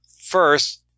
first